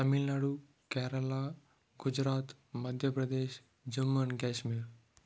Tamil Nadu Kerala Gujarat Madhya Pradesh Jammu and Kashmir